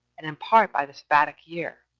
and in part by the sabbatic year,